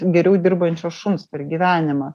geriau dirbančio šuns per gyvenimą